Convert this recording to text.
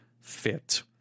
fit